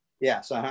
yes